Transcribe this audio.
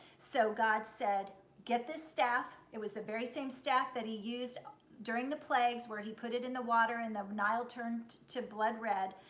so god said get this staff it was the very same staff that he used during the plagues where he put it in the water and the nile turned to blood red.